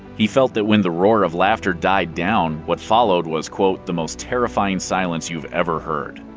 he felt that when the roar of laughter died down, what followed was, quote, the most terrifying silence you've ever heard.